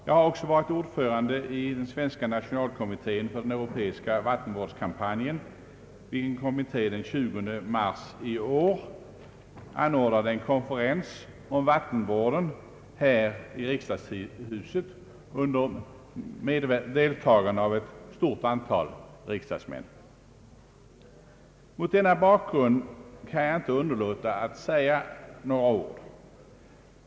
Jag har också varit ordförande i den svenska nationalkommittén för den europeiska vattenvårdskampanjen, vilken kommitté den 20 mars i år anordnade en konferens här i riksdagshuset om vatitenvården under deltagande av ett stort antal riksdagsmän. Mot denna bakgrund kan jag inte underlåta att säga några ord.